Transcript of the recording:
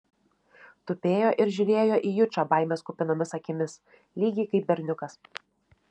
tupėjo ir žiūrėjo į jučą baimės kupinomis akimis lygiai kaip berniukas